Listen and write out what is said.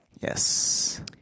Yes